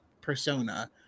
persona